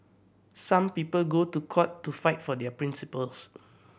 some people go to court to fight for their principles